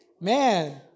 Man